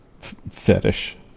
fetish